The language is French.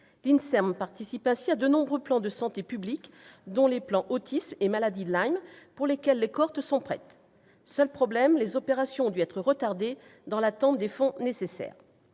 médicale, participe ainsi à de nombreux plans de santé publique, dont les plans Autisme et « Maladie de Lyme », pour lesquels les cohortes sont prêtes. Seul problème, les opérations ont dû être retardées dans l'attente des fonds nécessaires.